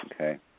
okay